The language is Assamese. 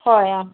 হয় অ